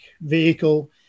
vehicle